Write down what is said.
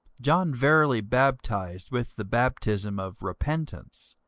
john verily baptized with the baptism of repentance,